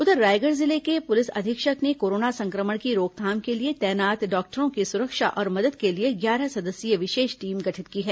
उधर रायगढ़ जिले के पुलिस अधीक्षक ने कोरोना संक्रमण की रोकथाम के लिए तैनात डॉक्टरों की सुरक्षा और मदद के लिए ग्यारह सदस्यीय विशेष टीम गठित की है